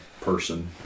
person